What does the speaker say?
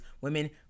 women